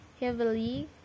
heavily